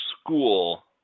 school